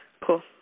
Cool